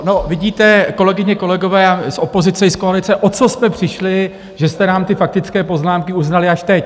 No vidíte, kolegyně kolegové z opozice i z koalice, o co jste přišli, že jste nám ty faktické poznámky uznali až teď.